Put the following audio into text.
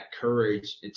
courage